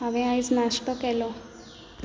हांवें आयज नाश्तो केलो